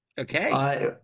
Okay